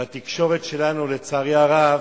והתקשורת שלנו, לצערי הרב,